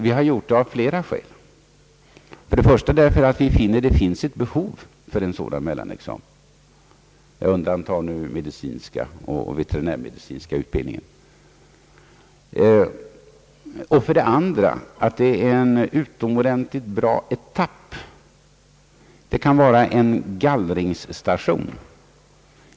Om man undantar den medicinska och veterinärmedicinska utbildningen finner vi ett behov för en sådan mellanexamen. Vidare skulle en sådan vara utomordentligt bra som ett etappmål, en gallringsstation.